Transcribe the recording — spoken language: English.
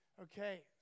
Okay